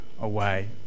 away